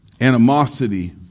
Animosity